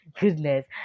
Goodness